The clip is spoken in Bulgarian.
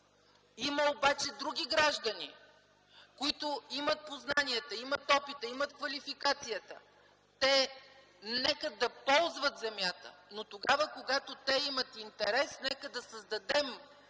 Има обаче други граждани, които имат познанията, имат опита и квалификацията. Нека те да ползват земята. А когато те имат интерес, нека създадем